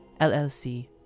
LLC